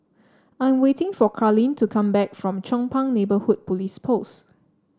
I'm waiting for Karlene to come back from Chong Pang Neighbourhood Police Post